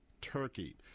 turkey